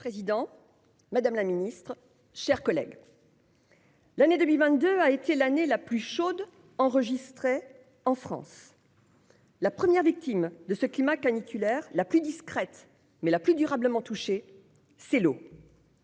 Monsieur le président, madame la secrétaire d'État, mes chers collègues, l'année 2022 a été l'année la plus chaude jamais enregistrée en France. La première victime de ce climat caniculaire, la plus discrète, mais la plus durablement touchée, c'est l'eau.